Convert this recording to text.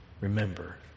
Remember